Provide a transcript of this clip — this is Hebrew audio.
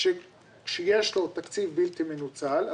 שכאשר יש לו תקציב בלתי מנוצל,